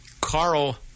Carl